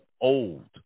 old